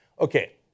Okay